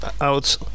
out